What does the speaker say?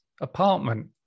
apartment